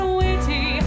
witty